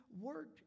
work